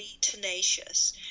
tenacious